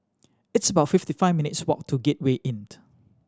it's about fifty five minutes' walk to Gateway Inn